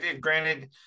granted